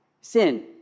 sin